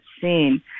seen